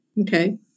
Okay